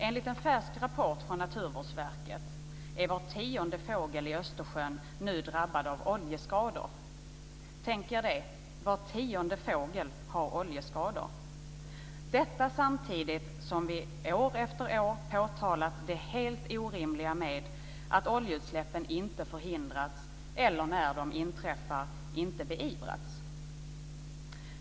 Enligt en färsk rapport från Naturvårdsverket är var tionde fågel i Östersjön nu drabbad av oljeskador. Tänk er det! Var tionde fågel har oljeskador. Detta samtidigt som vi år efter år påtalat det helt orimliga i att oljeutsläppen inte förhindrats eller när de inträffar inte beivras.